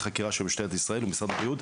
חקירה של משטרה ישראל ומשרד הבריאות,